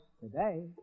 today